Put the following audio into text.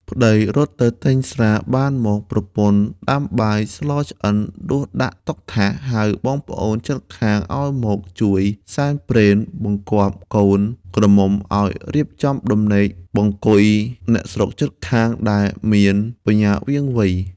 ប្ដីរត់ទៅទិញស្រាបានមក ប្រពន្ធដាំបាយស្លឆ្អិនដួសដាក់តុថាស ហៅបងប្អូនជិតខាងឱ្យមកជួយសែនព្រេន បង្គាប់កូន ក្រមុំឱ្យរៀបចំដំណេកបង្គុយអ្នកស្រុកជិតខាងដែលមានបញ្ញាវាងវៃ។